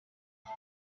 aho